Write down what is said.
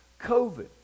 COVID